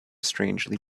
strangely